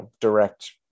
direct